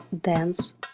dance